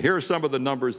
here are some of the numbers